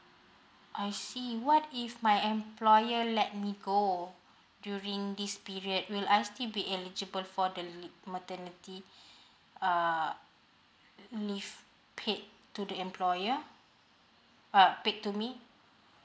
I see what if my employer let me go during this period will I still be eligible for the maternity uh leave paid to the employer uh paid to me